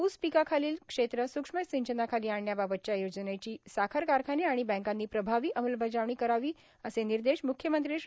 ऊस पिकाखालील क्षेत्र स्र्क्ष्म सिंचनाखाली आणण्याबाबतच्या योजनेची साखर कारखाने आणि बँकांनी अप्रभावी अंमलबजावणी करावी असे निर्देश मुख्यमंत्री श्री